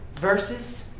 verses